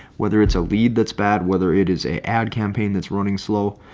whether it's a lead that's bad, whether it is a ad campaign that's running slow.